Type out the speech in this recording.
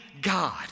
God